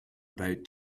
about